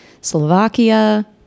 Slovakia